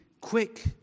quick